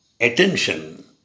attention